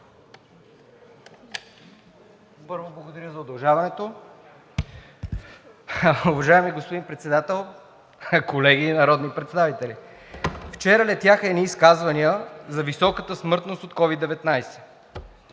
Първо, благодаря за удължаването. Уважаеми господин Председател, колеги народни представители! Вчера летяха едни изказвания за високата смъртност от COVID-19,